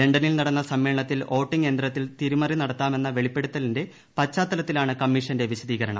ലണ്ടനിൽ നടന്ന സമ്മേളനത്തിൽ വോട്ടിംഗ് യന്ത്രത്തിൽ തിരിമറി നടത്താമെന്ന വെളിപ്പെടുത്തലിന്റെ പശ്ചാത്തലത്തിലാണ് കമ്മീഷന്റെ വിശദീകരണം